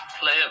Play